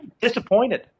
disappointed